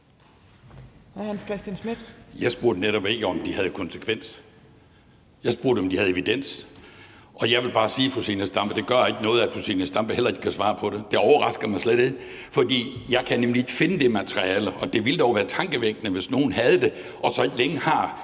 Jeg spurgte netop ikke, om det havde konsekvenser. Jeg spurgte, om man havde evidens for det. Og jeg vil bare sige, fru Zenia Stampe, at det ikke gør noget, at fru Zenia Stampe heller ikke kan svare på det. Det overrasker mig slet ikke, for jeg kan nemlig ikke finde det materiale, og det ville dog være tankevækkende, hvis nogen havde det, og så ikke for